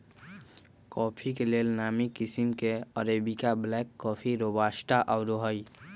coffee के लेल नामी किशिम में अरेबिका, ब्लैक कॉफ़ी, रोबस्टा आउरो हइ